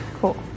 Cool